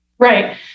Right